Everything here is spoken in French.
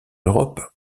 europe